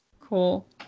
Cool